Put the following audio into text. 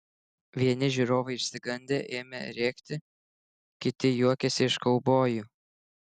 vieni žiūrovai išsigandę ėmė rėkti kiti juokėsi iš kaubojų